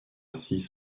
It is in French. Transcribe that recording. six